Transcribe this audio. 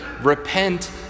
repent